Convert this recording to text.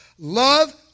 Love